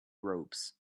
ropes